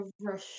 rush